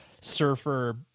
surfer